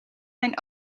mijn